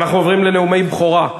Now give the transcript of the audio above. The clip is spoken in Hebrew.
אנחנו עוברים לנאומי בכורה.